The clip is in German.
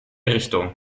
richtung